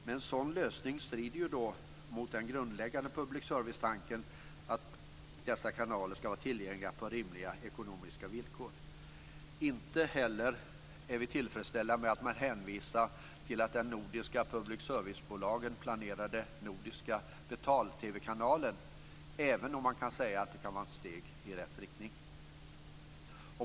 Men en sådan lösning strider mot den grundläggande public service-tanken att dessa kanaler ska vara tillgängliga på rimliga ekonomiska villkor. Inte heller är vi tillfreds med att man hänvisar till den av de nordiska public service-bolagen planerade nordiska betal-TV-kanalen - även om den innebär ett steg i rätt riktning.